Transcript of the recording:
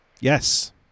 Yes